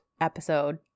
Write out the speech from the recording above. episode